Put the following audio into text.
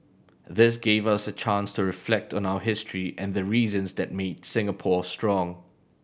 this give us a chance to reflect on our history and the reasons that made Singapore strong